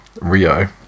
Rio